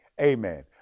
Amen